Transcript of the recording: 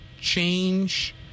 change